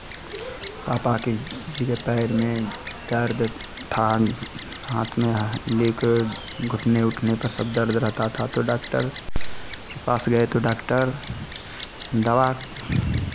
पापा के जी के पैर में दर्द था हाथ में ले कर घुटने उटने पर सब दर्द रहता था तो डॉक्टर के पास गए तो डॉक्टर दवा